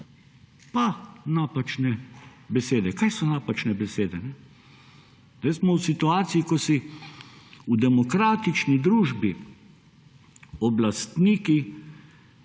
pa napačne besede, kaj so napačne besede? Zdaj smo v situaciji, ko si v demokratični družbi oblastniki